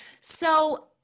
So-